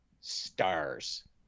stars